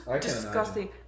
disgusting